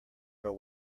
but